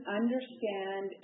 understand